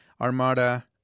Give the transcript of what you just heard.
Armada